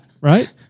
right